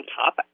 top